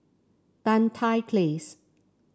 Tan Tye Place